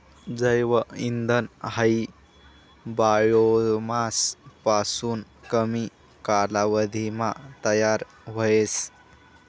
जैव इंधन हायी बायोमास पासून कमी कालावधीमा तयार व्हस